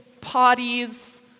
parties